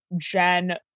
Jen